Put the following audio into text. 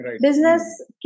business